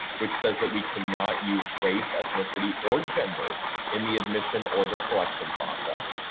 which says that we cannot use race, ethnicity or gender in the admission or the selection process.